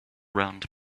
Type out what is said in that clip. round